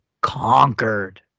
conquered